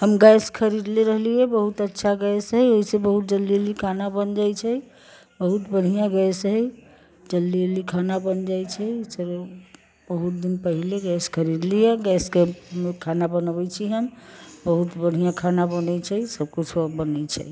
हम गैस खरीदने रहलियै बहुत अच्छा गैस हइ ओहिसँ बहुत जल्दी जल्दी खाना बनि जाइ छै बहुत बढ़िआँ गैस हइ जल्दी जल्दी खाना बनि जाइ छै इसलिये बहुत दिन पहिले गैस खरीदलियै गैसके खाना बनबै छी हम बहुत बढ़िआँ खाना बनै छै सभकुछ बनै छै